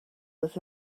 was